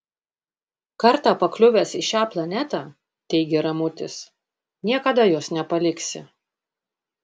kartą pakliuvęs į šią planetą teigė ramutis niekada jos nepaliksi